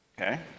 okay